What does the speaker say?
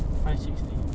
five sixty